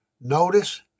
Notice